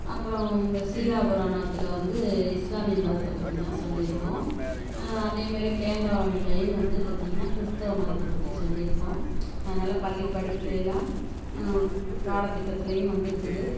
அப்புறம் இந்த சீறாபுராணத்தில் வந்து இஸ்லாமிய மதத்தை பற்றி தான் சொல்லியிருக்கும் அதே மாரி தேம்பாவணிலேயும் வந்து பார்த்தீங்கனா கிறிஸ்துவ மதத்தை பற்றி சொல்லியிருக்கும் அதனால் பள்ளி படிப்பில் எல்லாம் இப்போ பாடத்திட்டத்துலேயும் வந்திருக்குது